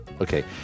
okay